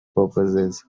purposes